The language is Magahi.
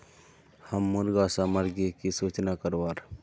हम मुर्गा सामग्री की सूचना करवार?